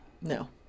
No